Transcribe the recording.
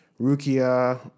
Rukia